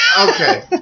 Okay